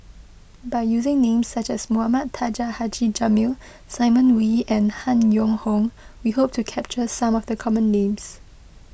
by using names such as Mohamed Taha Haji Jamil Simon Wee and Han Yong Hong we hope to capture some of the common names